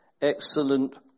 excellent